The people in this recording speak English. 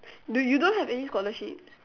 do you don't have any scholarship